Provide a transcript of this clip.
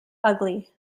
ugly